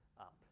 up